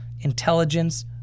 intelligence